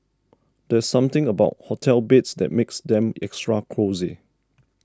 there's something about hotel beds that makes them extra cosy